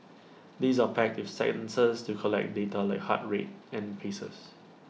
these are packed with sensors to collect data like heart rate and paces